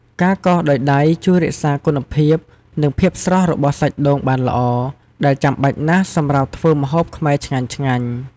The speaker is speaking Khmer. ការកោសដោយដៃជួយរក្សាគុណភាព និងភាពស្រស់របស់សាច់ដូងបានល្អ ដែលចាំបាច់ណាស់សម្រាប់ធ្វើម្ហូបខ្មែរឆ្ងាញ់ៗ។